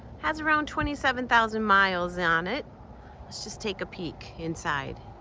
has around twenty seven thousand miles on it. let's just take a peek inside.